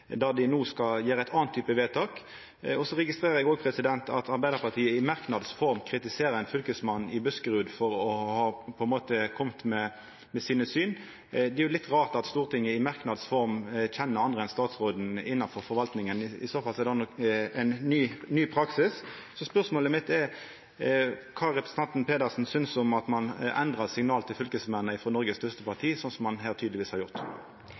no skal gjera ein annan type vedtak. Eg registrerer òg at Arbeidarpartiet i merknads form kritiserer fylkesmannen i Buskerud for å ha kome med sitt syn. Det er jo litt rart at Stortinget i merknads form kjenner andre enn statsråden innanfor forvaltinga. I så fall er det ein ny praksis. Så spørsmålet mitt er kva representanten Pedersen synest om at Noregs største parti endrar signalet til fylkesmennene, slik ein her tydelegvis har gjort.